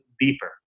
deeper